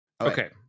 Okay